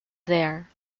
there